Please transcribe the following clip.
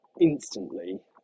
instantly